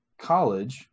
college